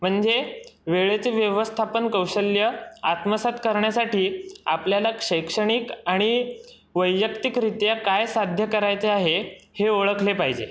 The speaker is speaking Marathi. म्हणजे वेळेचे व्यवस्थापन कौशल्य आत्मसात करण्यासाठी आपल्याला शैक्षणिक आणि वैयक्तिकरित्या काय साध्य करायचे आहे हे ओळखले पाहिजे